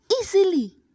easily